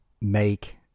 make